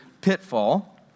pitfall